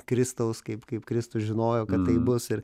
kristaus kaip kaip kristus žinojo kad taip bus ir